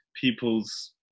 people's